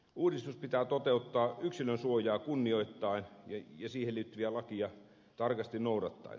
uudistus pitää toteuttaa yksilön suojaa kunnioittaen ja siihen liittyviä lakeja tarkasti noudattaen